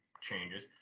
changes